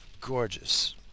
Gorgeous